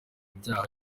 ibyaha